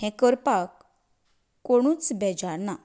हें करपाक कोणूच बेजारना